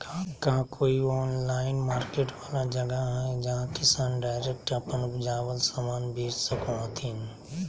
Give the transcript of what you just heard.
का कोई online market वाला जगह हइ जहां किसान डायरेक्ट अप्पन उपजावल समान बेच सको हथीन?